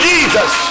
Jesus